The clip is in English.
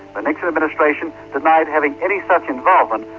but nixon administration denied having any such involvement,